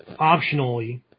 Optionally